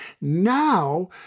Now